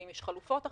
האם יש חלופות אחרות.